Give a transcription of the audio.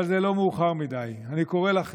אבל זה לא מאוחר מדי, אני קורא לכם,